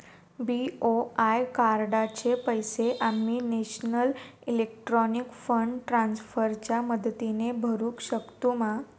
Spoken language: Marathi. बी.ओ.आय कार्डाचे पैसे आम्ही नेशनल इलेक्ट्रॉनिक फंड ट्रान्स्फर च्या मदतीने भरुक शकतू मा?